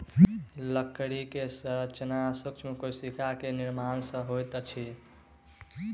लकड़ी के संरचना सूक्ष्म कोशिका के निर्माण सॅ होइत अछि